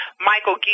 Michael